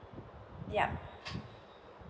yeah